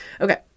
okay